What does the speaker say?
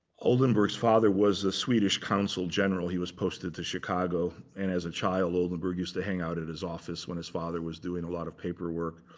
oldenburg's father was a swedish consul general. he was posted to chicago. and as a child, oldenburg used to hang out at his office when his father was doing a lot of paperwork.